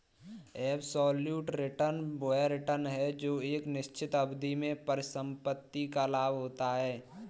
absolute return वह return है जो एक निश्चित अवधि में परिसंपत्ति का लाभ होता है